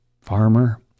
farmer